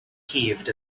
heaved